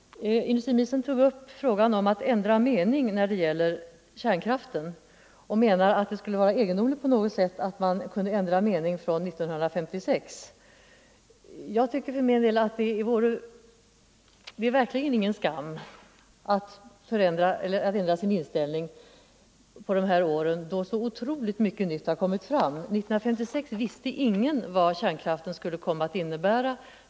Industriministern tog upp frågan om att ändra mening när det gäller kärnkraften. Det skulle vara egendomligt på något sätt att man kunde byta uppfattning från 1956. Jag tycker att det verkligen inte är någon skam att ändra sin inställning på de här åren, då så otroligt mycket nytt har kommit fram. 1956 visste ingen vad kärnkraften skulle komma att innebära.